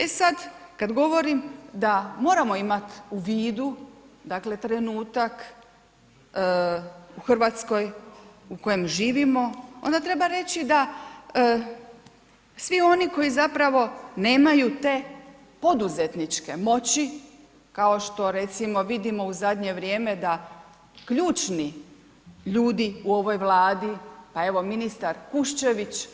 E sad, kad govorim da moramo imati u vidu, dakle, trenutak u Hrvatskoj u kojem živimo, onda treba reći da svi oni koji zapravo nemaju te poduzetničke moći kao što recimo, vidimo u zadnje vrijeme da ključni ljudi u ovoj Vladi, pa evo, ministar Kuščević